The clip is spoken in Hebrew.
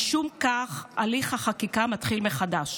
משום כך הליך החקיקה מתחיל מחדש.